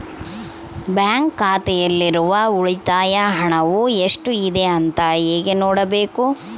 Bank ಖಾತೆಯಲ್ಲಿರುವ ಉಳಿತಾಯ ಹಣವು ಎಷ್ಟುಇದೆ ಅಂತ ಹೇಗೆ ನೋಡಬೇಕು?